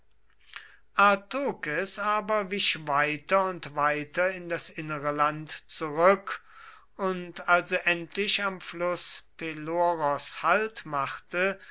aber wich weiter und weiter in das innere land zurück und als er endlich am fluß peloros halt machte